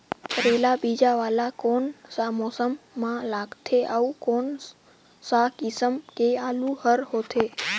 करेला बीजा वाला कोन सा मौसम म लगथे अउ कोन सा किसम के आलू हर होथे?